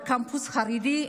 בקמפוס החרדי,